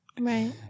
right